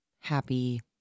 happy